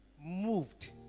moved